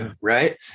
Right